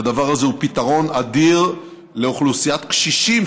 הדבר הזה הוא פתרון אדיר לאוכלוסיית קשישים,